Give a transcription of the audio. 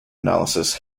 analysis